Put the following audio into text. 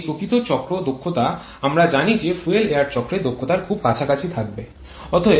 এবং এই প্রকৃত চক্র দক্ষতা আমরা জানি যে ফুয়েল এয়ার চক্রের দক্ষতার খুব কাছাকাছি থাকবে